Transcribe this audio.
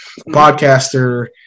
podcaster